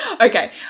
Okay